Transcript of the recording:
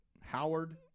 Howard